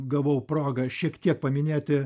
gavau progą šiek tiek paminėti